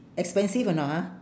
expensive or not ha